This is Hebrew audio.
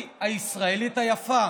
היא הישראלית היפה,